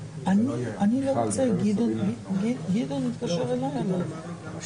10:14.) אני רוצה לומר מה אני מתכוון לעשות,